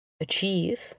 achieve